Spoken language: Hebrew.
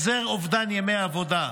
החזר אובדן ימי עבודה להורים,